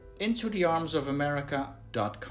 IntoTheArmsOfAmerica.com